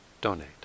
donate